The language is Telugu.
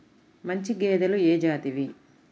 మంచి గేదెలు ఏ జాతివి?